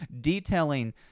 detailing